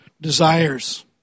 desires